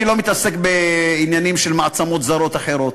אני לא מתעסק בעניינים של מעצמות זרות, אחרות.